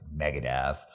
Megadeth